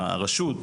הרשות,